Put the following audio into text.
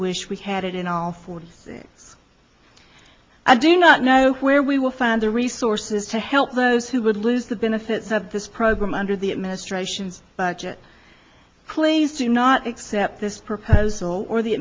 wish we had it in all forms i do not know where we will find the resources to help those who would lose the benefits of this program under the administration's budget please do not accept this proposal or the